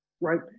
right